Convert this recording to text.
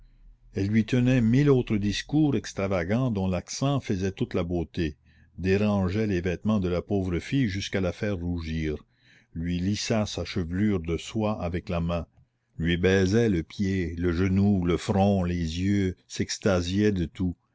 elle lui tenait mille autres discours extravagants dont l'accent faisait toute la beauté dérangeait les vêtements de la pauvre fille jusqu'à la faire rougir lui lissait sa chevelure de soie avec la main lui baisait le pied le genou le front les yeux s'extasiait de tout